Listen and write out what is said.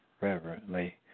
reverently